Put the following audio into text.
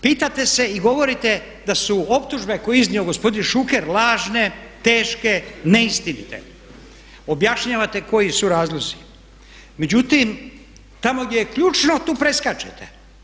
Pitate se i govorite da su optužbe koje je iznio gospodin Šuker lažne, teške, neistinite, objašnjavate koji su razlozi, međutim tamo gdje je ključno tu preskačete.